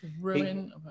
Ruin